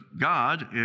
God